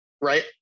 right